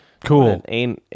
cool